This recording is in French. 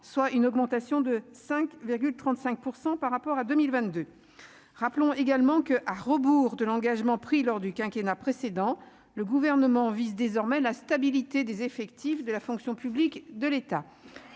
soit une augmentation de 5,35 % par rapport à 2022 rappelons également que, à rebours de l'engagement pris lors du quinquennat précédent le gouvernement vise désormais la stabilité des effectifs de la fonction publique de l'État